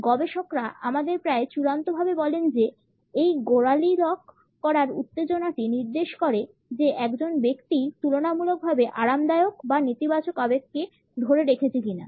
গবেষকরা আমাদের প্রায় চূড়ান্তভাবে বলেন যে এই গোড়ালি লক করার উত্তেজনাটি নির্দেশ করে যে একজন ব্যক্তি তুলনামূলকভাবে আরামদায়ক বা নেতিবাচক আবেগকে ধরে রেখেছে কিনা